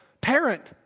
parent